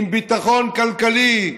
עם ביטחון כלכלי,